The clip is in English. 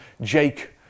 Jake